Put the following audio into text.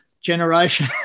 generation